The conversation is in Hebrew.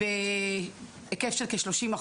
בהיקף של כ-30%.